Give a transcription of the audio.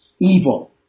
Evil